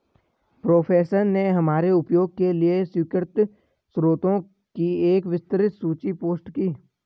professor ने हमारे उपयोग के लिए स्वीकृत स्रोतों की एक विस्तृत सूची पोस्ट की